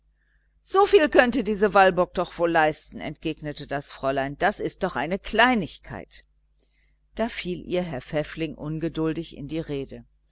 viel könnte diese walburg wohl noch leisten entgegnen das fräulein das ist doch solch eine kleinigkeit da fiel ihr herr pfäffling ungeduldig in die rede